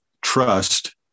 trust